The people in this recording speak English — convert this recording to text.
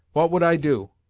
what would i do?